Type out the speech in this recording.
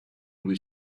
was